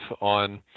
on